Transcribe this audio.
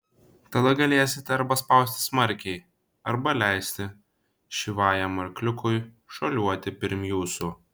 tada galėsite arba spausti smarkiai arba leisti šyvajam arkliukui šuoliuoti pirm jūsų